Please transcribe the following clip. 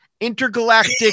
intergalactic